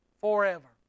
forever